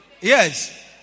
Yes